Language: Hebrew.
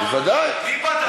בוודאי.